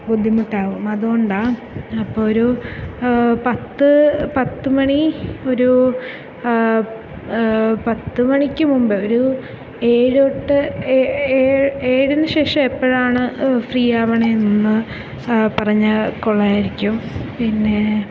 ബുദ്ധിമുട്ടാവും അതുകൊണ്ടാണ് അപ്പോൾ ഒരു പത്ത് പത്ത് മണി ഒരു പത്ത് മണിക്ക് മുമ്പ് ഒരു ഏഴ് തൊട്ട് ഏഴിന് ശേഷം എപ്പോഴാണ് ഫ്രീ ആവുന്നതെന്ന് ഒന്ന് പറഞ്ഞാൽ കൊള്ളാമായിരിക്കും പിന്നെ